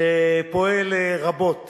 שפועל רבות